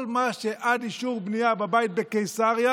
כל מה שעד אישור בנייה בבית בקיסריה,